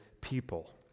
people